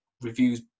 reviews